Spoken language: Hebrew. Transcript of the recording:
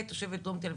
כתושבת דרום תל אביב,